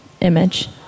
image